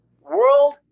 World